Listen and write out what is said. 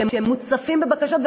שהם מוצפים בבקשות,